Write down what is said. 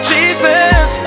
Jesus